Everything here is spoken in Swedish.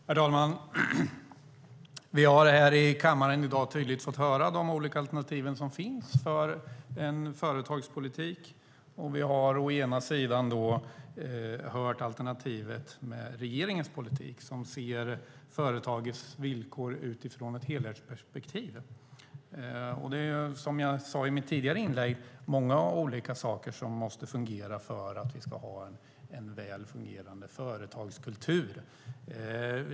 Herr talman! Vi har här i kammaren i dag tydligt fått höra de olika alternativ som finns för en företagspolitik. Vi har å ena sidan fått höra regeringens alternativ som ser företagens villkor utifrån ett helhetsperspektiv. Som jag sade i mitt tidigare inlägg är det många olika saker som måste fungera för att det ska finnas en väl fungerande företagskultur.